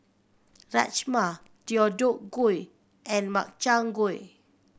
Rajma Deodeok Gui and Makchang Gui